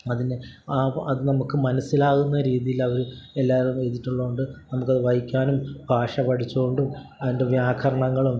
അതിനെ അത് നമുക്ക് മനസ്സിലാകുന്ന രീതിയിലത് എല്ലാം എഴുതിയിട്ടുള്ളതുകൊണ്ട് നമുക്കത് വായിക്കാനും ഭാഷ പഠിച്ചുകൊണ്ടും അതിൻ്റെ വ്യാകരണങ്ങളും